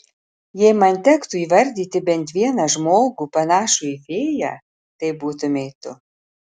jei man tektų įvardyti bent vieną žmogų panašų į fėją tai būtumei tu